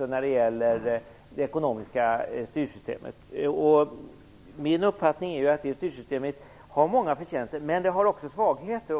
när det gäller det ekonomiska styrsystemet. Min uppfattning är att det systemet har många förtjänster. Men det har också svagheter.